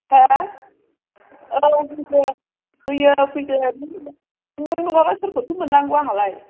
हा औ दोनदो फैयो फैदो नों नङाबा सोरखौथो मोननांगौ आंहालाय